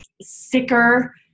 sicker